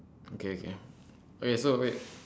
okay okay okay so wait